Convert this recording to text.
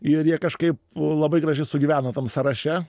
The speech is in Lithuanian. ir jie kažkaip labai gražiai sugyveno tam sąraše